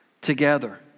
together